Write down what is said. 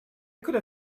could